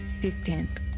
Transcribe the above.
distant